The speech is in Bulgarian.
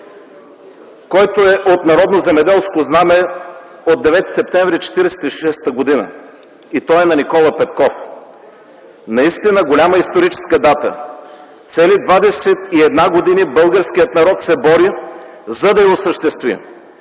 който е от „Народно земеделско знаме” от 9 септември 1946 г. и той е на Никола Петков: „Наистина голяма историческа дата. Цели 21 години българският народ се бори, за да я осъществи.